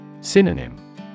Synonym